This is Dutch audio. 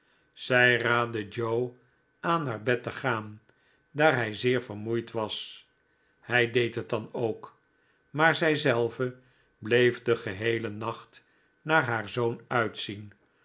zij raadde joe aan naar bed te gaan daar hij zeer vermoeid was hij deed het dan ook maar zij zelve bleef den geheelen nacht naar haar zoon uitzien